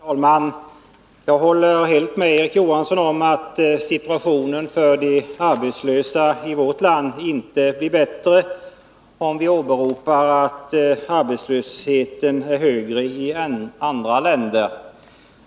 Herr talman! Jag håller helt med Erik Johansson om att situationen för de arbetslösa i vårt land inte blir bättre för att vi konstaterar att arbetslösheten är högre i andra länder.